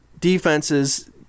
defenses